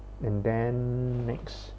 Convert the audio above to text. and then next